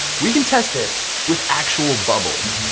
we can test this with actual bubbles.